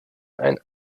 ein